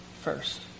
first